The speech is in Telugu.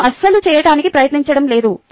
నేను అస్సలు చేయటానికి ప్రయత్నించడం లేదు